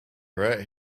right